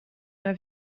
una